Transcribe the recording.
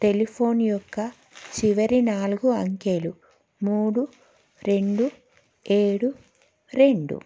telephone యొక్క చివరి నాలుగు అంకెలు మూడు రెండు ఏడు రెండు